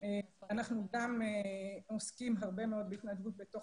אנחנו גם עוסקים הרבה מאוד בהתנדבות בתוך